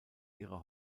ihre